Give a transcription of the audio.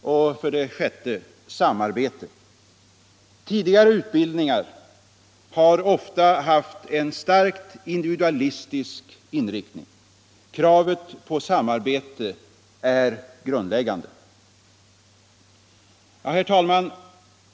6. Samarbete. Tidigare utbildning har ofta haft en starkt individualistisk inriktning. Kravet på samarbete är grundläggande. Herr talman!